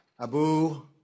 Abu